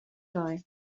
die